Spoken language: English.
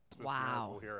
Wow